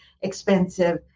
expensive